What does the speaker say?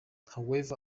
however